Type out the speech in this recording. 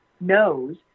knows